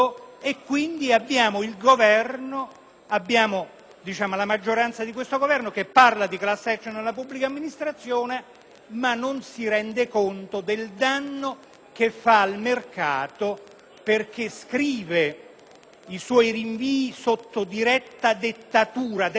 abbiamo la maggioranza di questo Governo che parla di *class action* nella pubblica amministrazione non rendendosi conto del danno che arreca al mercato, perché scrive i suoi rinvii sotto diretta dettatura delle banche e della Confindustria. Per